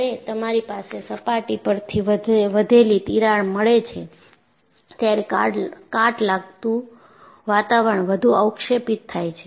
જ્યારે તમારી પાસે સપાટી પરથી વધેલી તિરાડ મળે ત્યારે કાટ લાગતું વાતાવરણ વધુ અવક્ષેપિત થાય છે